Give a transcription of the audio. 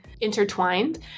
intertwined